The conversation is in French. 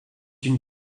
une